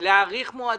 להאריך מועדים.